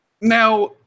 now